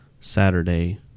Saturday